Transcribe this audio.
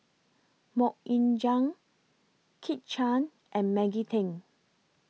Mok Ying Jang Kit Chan and Maggie Teng